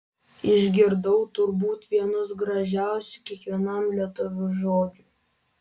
išgirdau turbūt vienus gražiausių kiekvienam lietuviui žodžių